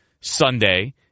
Sunday